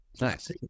Nice